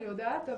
אני יודעת,